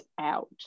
out